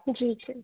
जी जी